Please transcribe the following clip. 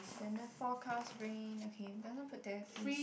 then the forecast rain okay doesn't put there please